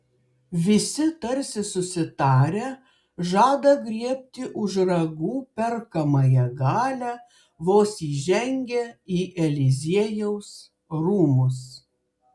visi tarsi susitarę žada griebti už ragų perkamąją galią vos įžengę į eliziejaus rūmus